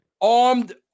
armed